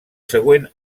següent